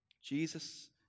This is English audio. Jesus